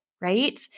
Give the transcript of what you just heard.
right